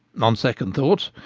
on second thoughts,